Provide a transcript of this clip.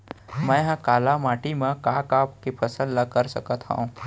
मै ह काली माटी मा का का के फसल कर सकत हव?